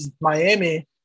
Miami